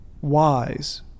wise